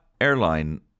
airline